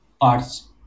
parts